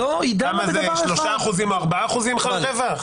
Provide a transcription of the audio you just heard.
כמה זה 3% או 4% רווח.